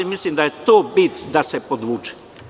Mislim da je to bit, da se podvuče.